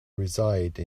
reside